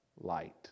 light